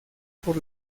por